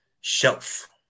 shelf